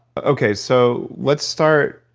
okay so let's start,